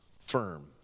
firm